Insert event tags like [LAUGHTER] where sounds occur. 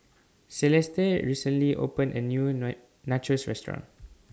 Celeste recently opened A New [UNINTELLIGIBLE] Nachos Restaurant